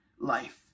life